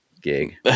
gig